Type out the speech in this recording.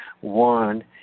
one